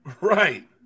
Right